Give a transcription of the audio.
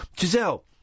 Giselle